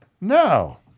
No